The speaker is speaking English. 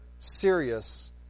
Serious